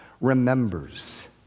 remembers